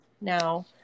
now